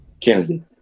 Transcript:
kennedy